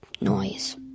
noise